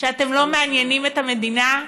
שאתם לא מעניינים את המדינה?